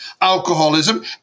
alcoholism